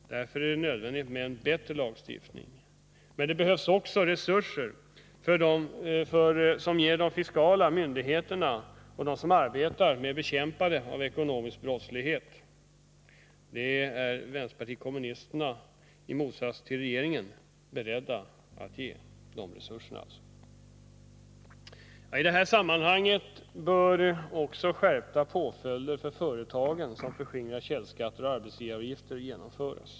Därför är det nödvändigt med en bättre lagstiftning, men det behövs också resurser för de fiskala myndigheterna och för dem som arbetar med bekämpning av ekonomisk brottslighet. De resurserna är vpk, i motsats till regeringen, berett att ge. I detta sammanhang bör också skärpta påföljder införas för företagare som förskingrar källskatter och arbetsgivaravgifter.